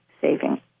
saving